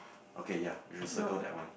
okay ya recycle that one